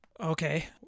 Okay